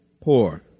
poor